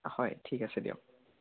হয় ঠিক আছে দিয়ক